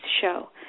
show